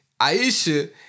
Aisha